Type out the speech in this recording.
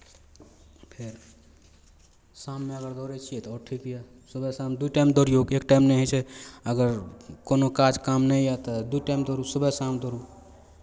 फेर शाममे अगर दौड़ै छियै तऽ ओहो ठीक यए सुबह शाम दू टाइम दौड़िऔ कि एक टाइम नहि होइ छै अगर कोनो काज काम नहि यए तऽ दू टाइम दौड़ू सुबह शाम दौड़ू